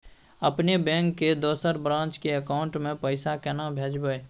अपने बैंक के दोसर ब्रांच के अकाउंट म पैसा केना भेजबै?